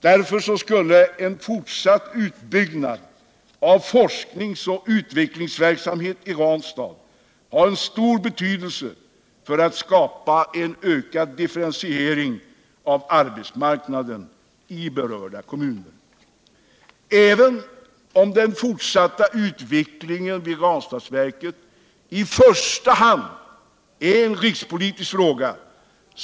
Därför skulle en fortsatt uppbyggnad av forsknings och utvecklingsverksamhet i Ranstad ha stor betydelse för att skapa en ökad differentiering av arbetsmarknaden i berörda kommuner. Även om den fortsatta utvecklingen vid Ranstadsverket i första hand är en rikspolitisk fråga.